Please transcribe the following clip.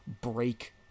break